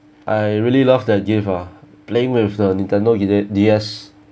I really love that gift ah playing with the Nintendo D_S D_S